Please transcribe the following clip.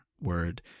word